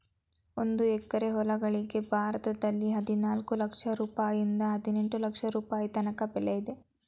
ಒಂದು ಎಕರೆ ಹೊಲಗಳಿಗೆ ಭಾರತದಲ್ಲಿ ಹದಿನಾಲ್ಕು ಲಕ್ಷ ರುಪಾಯಿಯಿಂದ ಹದಿನೆಂಟು ಲಕ್ಷ ರುಪಾಯಿ ತನಕ ಬೆಲೆ ಇದೆ